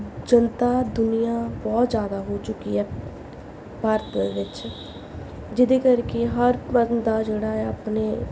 ਜਨਤਾ ਦੁਨੀਆਂ ਬਹੁਤ ਜ਼ਿਆਦਾ ਹੋ ਚੁੱਕੀ ਹੈ ਭਾਰਤ ਵਿੱਚ ਜਿਹਦੇ ਕਰਕੇ ਹਰ ਬੰਦਾ ਜਿਹੜਾ ਹੈ ਆਪਣੇ